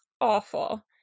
awful